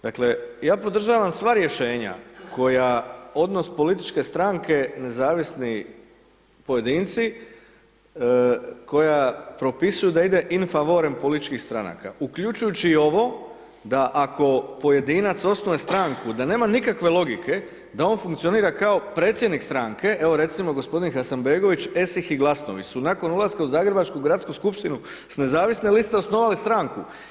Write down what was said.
Dakle, ja podržavam sva rješenja koja odnos političke stranke nezavisnih pojedinci, koja propisuje da ide in favore političkih stranaka, uključujući i ovo da ako pojedinac osnuje stranku, da nema nikakve logike da on funkcionira kao predsjednik stranke, evo recimo g. Hasanbegović, Esih i Glasnović, su nakon ulaska u zagrebačku gradsku skupštinu s nezavisne liste osnovali stranku.